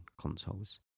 consoles